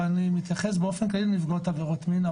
ואני מתייחס באופן כללי לנפגעות עבירות מין,